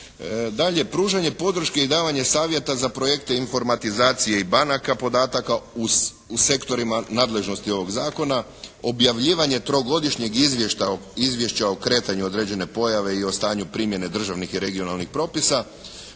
Dalje, pružanje podrške i davanje savjeta za projekte informatizacije i banaka, podataka u sektorima nadležnosti ovog zakona. Objavljivanje trogodišnjeg izvješća o kretanju određene pojave i o stanju primjene državnih i regionalnih propisa.